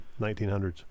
1900s